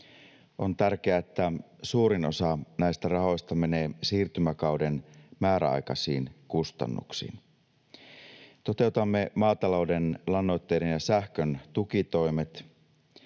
on tärkeää, että suurin osa näistä rahoista menee siirtymäkauden määräaikaisiin kustannuksiin. Toteutamme maatalouden lannoitteiden ja sähkön tukitoimet.